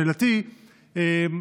שאלתי היא: